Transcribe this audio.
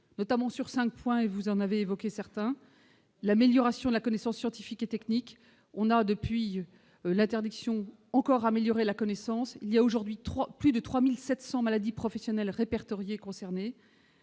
notamment sur 5 points et vous en avez évoqué certains l'amélioration de la connaissance scientifique et technique, on a, depuis l'interdiction encore améliorer la connaissance il y a aujourd'hui 3 plus de 3700 maladies professionnelles répertoriées concernés